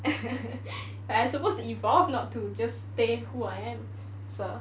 I supposed to evolve not to just stay who I am so